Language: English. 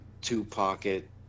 two-pocket